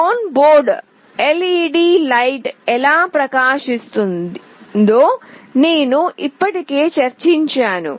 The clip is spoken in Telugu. ఆన్ బోర్డు ఎల్ఈడి లైట్ ఎలా ప్రకాశిస్తుందో నేను ఇప్పటికే చర్చించాను